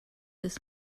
this